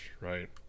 right